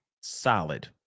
solid